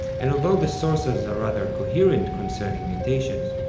and although the sources are rather coherent concerning mutations,